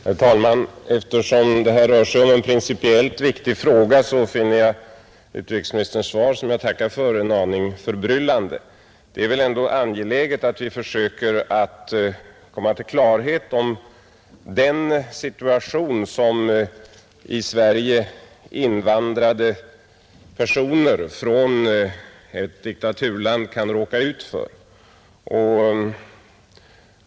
Herr talman! Eftersom det här rör sig om en principiellt viktig fråga finner jag utrikesministerns svar, som jag tackar för, en aning förbryllande, Det är väl ändå angeläget att vi försöker komma till klarhet om den situation som till Sverige från ett diktaturland invandrade personer kan råka i.